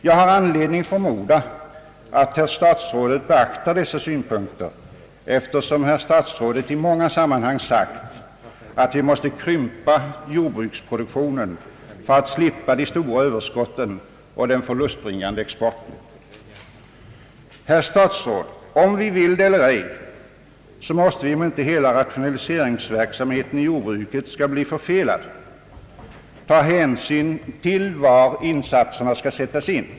Jag har anledning förmoda att herr statsrådet beaktar dessa synpunkter, eftersom herr statsrådet i många sammanhang sagt att vi måste krympa jordbruksproduktionen för att slippa de stora överskotten och den förlustbringande exporten, Herr statsråd! Antingen vi vill det eller ej måste vi, om inte hela rationaliseringsverksamheten inom jordbruket skall bli förfelad, ta hänsyn till var insatserna skall sättas in.